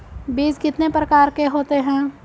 बीज कितने प्रकार के होते हैं?